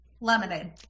Lemonade